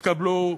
התקבלו,